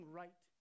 right